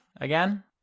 again